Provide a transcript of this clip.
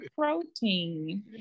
protein